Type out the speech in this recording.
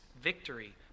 victory